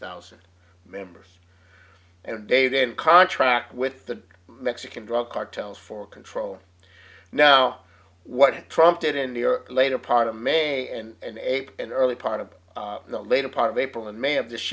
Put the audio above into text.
thousand members and they did contract with the mexican drug cartels for control now what trump did in new york later part of may and eight and early part of the later part of april and may of this